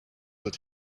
that